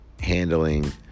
handling